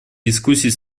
дискуссий